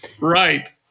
Right